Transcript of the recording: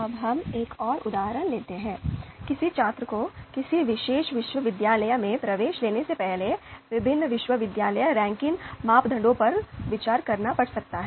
अब हम एक और उदाहरण लेते हैं किसी छात्र को किसी विशेष विश्वविद्यालय में प्रवेश लेने से पहले विभिन्न विश्वविद्यालय रैंकिंग मापदंडों पर विचार करना पड़ सकता है